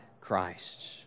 Christ